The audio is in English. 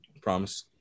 Promise